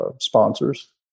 sponsors